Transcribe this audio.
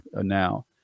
now